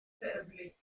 veröffentlicht